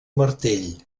martell